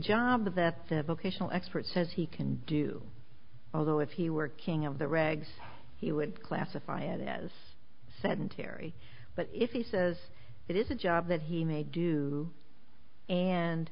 job that vocational expert says he can do although if he were king of the regs he would classify it as sedentary but if he says it is a job that he may do and